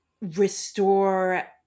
restore